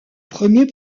premier